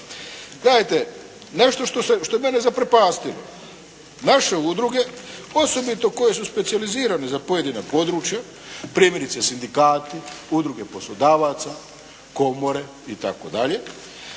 Nešto što je mene zaprepastilo. Naše udruge, osobito koje su specijalizirane za pojedina područja, primjerice sindikati, udruge poslodavaca, komore itd.,